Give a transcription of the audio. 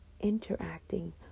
interacting